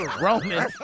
Roman